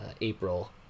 April –